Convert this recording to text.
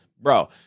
Bro